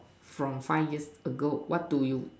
from five years ago what do you